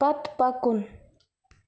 پتہٕ پکُن